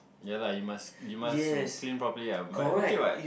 ya lah you must you must clean properly ah but okay what